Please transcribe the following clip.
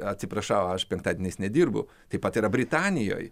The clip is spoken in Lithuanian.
atsiprašau aš penktadieniais nedirbu taip pat yra britanijoj